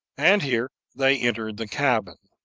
and here they entered the cabin.